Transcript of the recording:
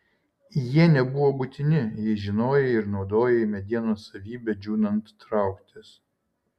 jie nebuvo būtini jei žinojai ir naudojai medienos savybę džiūnant trauktis